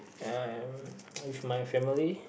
and with my family